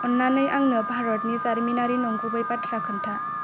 अन्नानै आंनो भारतनि जारिमिनारि नंगुबै बाथ्रा खोन्था